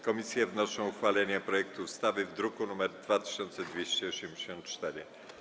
Komisje wnoszą o uchwalenie projektu ustawy z druku nr 2284.